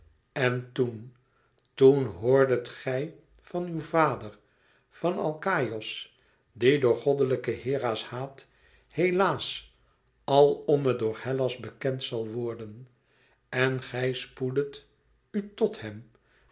en toen toen hoordet gij van uw vader van alkaïos die door goddelijke hera's haat helaas alomme door hellas bekend zal worden en gij spoeddet u tot hem